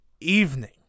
evening